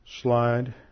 slide